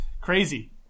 Crazy